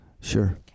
Sure